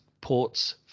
ports